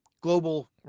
global